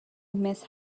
miss